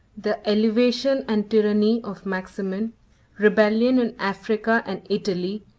the elevation and tyranny of maximin rebellion in africa and italy,